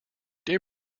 dear